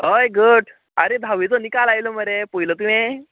हय घट्ट आरे धाव्वेचो निकाल जालो मरे पयलो तुवें